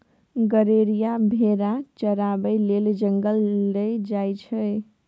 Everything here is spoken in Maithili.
गरेरिया भेरा चराबै लेल जंगल लए जाइ छै